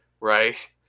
right